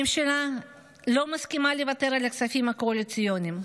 הממשלה לא מסכימה לוותר על הכספים הקואליציוניים,